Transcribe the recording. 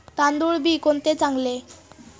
तांदूळ बी कोणते चांगले?